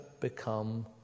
become